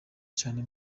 cane